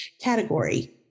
category